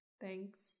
thanks